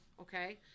okay